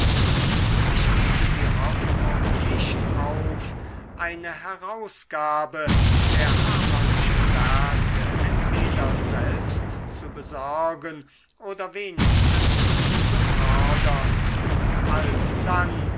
ich gebe die hoffnung nicht auf eine herausgabe der hamannschen werke entweder selbst zu besorgen oder wenigstens zu befördern und alsdann